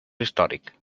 històric